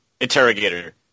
Interrogator